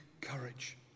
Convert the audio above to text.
courage